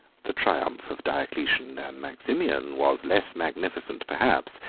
the triumph of diocletian and maximian was less magnificent, perhaps,